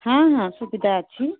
ହଁ ହଁ ସୁବିଧା ଅଛି